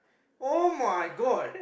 [oh]-my-god